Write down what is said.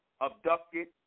abducted